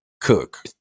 Cook